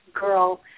girl